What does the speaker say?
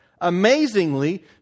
Amazingly